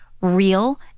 real